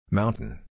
mountain